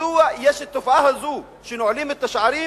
מדוע יש התופעה הזאת, שנועלים את השערים